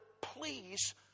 please